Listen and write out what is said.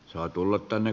saa tulla tänne